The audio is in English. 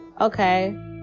okay